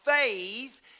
Faith